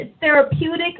therapeutic